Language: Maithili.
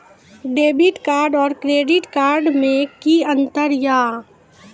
डेबिट कार्ड और क्रेडिट कार्ड मे कि अंतर या?